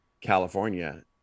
California